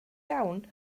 iawn